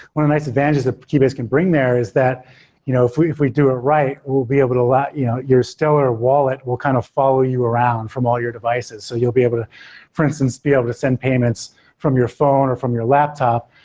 one of nice advantages that keybase can bring there is that you know if we if we do it ah right, we'll be able to yeah your stellar wallet will kind of follow you around from all your devices, so you'll be able to for instance be able to send payments from your phone, or from your laptop,